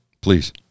Please